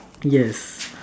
yes